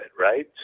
Right